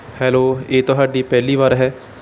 hello ਇਹ ਤੁਹਾਡੀ ਪਹਿਲੀ ਵਾਰ ਹੈ